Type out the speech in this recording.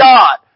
God